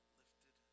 lifted